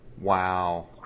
Wow